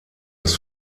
des